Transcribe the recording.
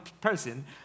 person